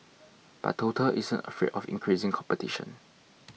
but total isn't afraid of increasing competition